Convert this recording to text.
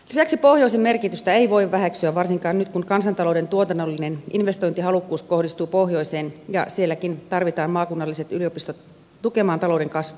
lisäksi pohjoisen merkitystä ei voi väheksyä varsinkaan nyt kun kansantalouden tuotannollinen investointihalukkuus kohdistuu pohjoiseen ja sielläkin tarvitaan maakunnalliset yliopistot tukemaan talouden kasvua